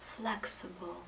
flexible